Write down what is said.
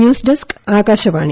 news desk Akashvani